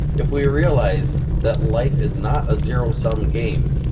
if we realize that life is not a zero-sum game,